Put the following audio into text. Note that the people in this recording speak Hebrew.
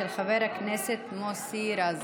של חבר הכנסת מוסי רז.